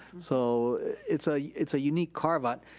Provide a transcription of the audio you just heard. so it's ah it's a unique carveout.